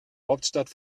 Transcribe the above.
hauptstadt